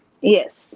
Yes